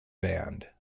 band